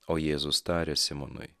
o jėzus tarė simonui